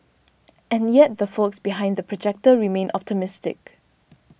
and yet the folks behind The Projector remain optimistic